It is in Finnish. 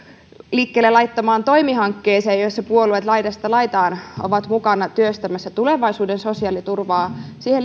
liikkeelle laittamaan toimi hankkeeseen jossa puolueet laidasta laitaan ovat mukana työstämässä tulevaisuuden sosiaaliturvaa